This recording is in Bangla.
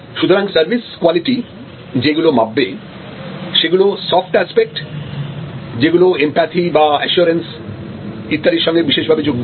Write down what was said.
সুতরাং সার্ভিস কোয়ালিটি যে গুলো মাপবে সেগুলো সফ্ট এসপেক্ট যেগুলো এম্প্যাথি বা অ্যাসিওরেন্স ইত্যাদির সঙ্গে বিশেষভাবে যুক্ত